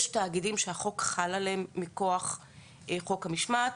יש תאגידים שהחוק חל עליהם מכוח חוק המשמעת,